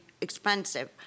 expensive